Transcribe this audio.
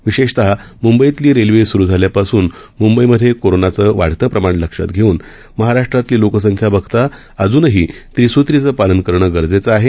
विशेषतः मुंबईतली रेल्वे सुरु झाल्यापासून मुंबईमधे कोरोनाचं वाढतं प्रमाण लक्षात घेऊन महाराष्ट्रातली लोकसंख्या बघता अजूनही त्रिसूत्रीचं पालन करणं गरजेचं आहे